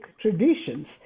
traditions